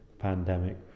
pandemic